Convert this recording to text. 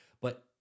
but-